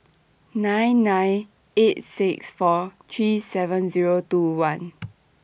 nine nine eight six four three seven Zero two one